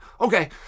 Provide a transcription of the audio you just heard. Okay